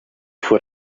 fue